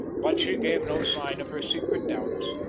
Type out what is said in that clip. but she gave no sign of her secret doubts,